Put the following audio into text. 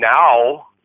Now